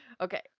Okay